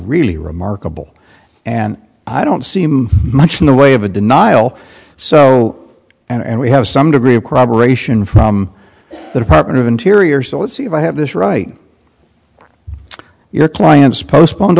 really remarkable and i don't seem much in the way of a denial so and we have some degree of cooperation from the department of interior so let's see if i have this right your clients postponed